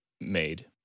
made